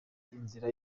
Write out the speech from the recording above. inzira